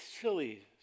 silly